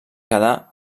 quedar